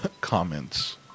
comments